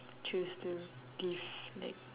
choose to live like